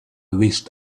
wished